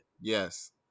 Yes